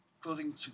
Clothing